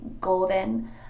golden